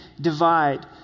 divide